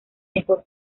mejor